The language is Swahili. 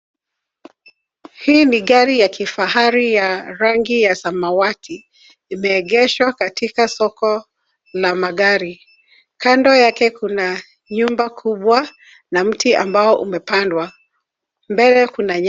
Hii ni gari ya kifahari ya rangi ya samawati imeegeshwa katika soko la magari. Kando yake kuna nyumba kubwa na mti ambao umepandwa. Mbele kuna nyasi.